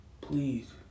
Please